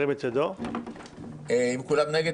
מי נגד?